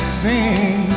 sing